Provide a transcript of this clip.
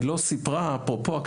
לא סיפרה אפרופו,